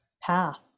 path